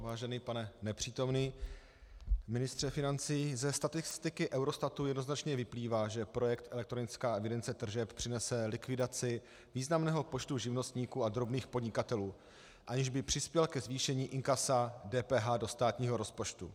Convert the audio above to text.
Vážený pane nepřítomný ministře financí, ze statistiky Eurostatu jednoznačně vyplývá, že projekt elektronická evidence tržeb přinese likvidaci významného počtu živnostníků a drobných podnikatelů, aniž by přispěl ke zvýšení inkasa DPH do státního rozpočtu.